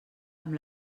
amb